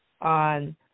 on